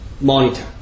monitor